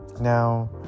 Now